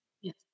Yes